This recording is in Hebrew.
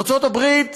בארצות-הברית